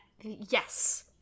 yes